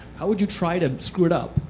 how would you try to screw it up